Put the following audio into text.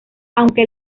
aunque